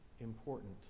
important